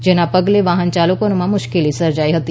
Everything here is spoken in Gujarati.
જેના પગલે વાહન યાલકોને મુશ્કેલી સર્જાઈ હતી